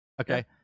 Okay